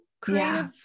creative